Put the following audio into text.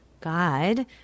God